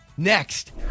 Next